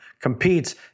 competes